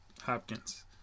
Hopkins